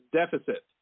deficit